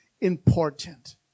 important